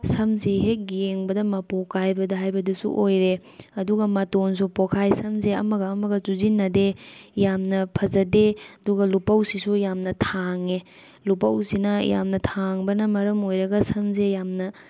ꯁꯝꯁꯦ ꯍꯦꯛ ꯌꯦꯡꯕꯗ ꯃꯄꯣꯞ ꯀꯥꯏꯕꯗ ꯍꯥꯏꯕꯗꯨꯁꯨ ꯑꯣꯏꯔꯦ ꯑꯗꯨꯒ ꯃꯇꯣꯜꯁꯨ ꯄꯣꯛꯈꯥꯏ ꯁꯝꯁꯦ ꯑꯃꯒ ꯑꯃꯒ ꯆꯨꯁꯤꯟꯅꯗꯦ ꯌꯥꯝꯅ ꯐꯖꯗꯦ ꯑꯗꯨꯒ ꯂꯨꯄꯧꯁꯤꯁꯨ ꯌꯥꯝꯅ ꯊꯥꯡꯉꯦ ꯂꯨꯄꯧꯁꯤꯅ ꯌꯥꯝꯅ ꯊꯥꯡꯕꯅ ꯃꯔꯝ ꯑꯣꯏꯔꯒ ꯁꯝꯁꯦ ꯌꯥꯝꯅ